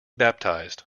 baptized